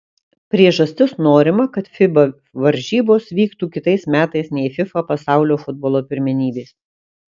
priežastis norima kad fiba varžybos vyktų kitais metais nei fifa pasaulio futbolo pirmenybės